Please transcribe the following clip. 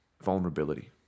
vulnerability